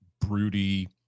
broody